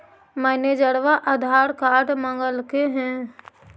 मैनेजरवा आधार कार्ड मगलके हे?